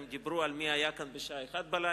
הם דיברו על מי היה כאן בשעה 01:00,